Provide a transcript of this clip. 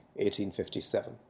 1857